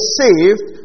saved